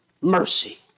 mercy